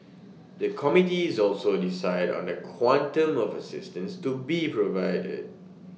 the committees also decide on the quantum of assistance to be provided